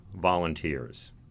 volunteers